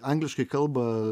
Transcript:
angliškai kalba